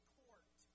court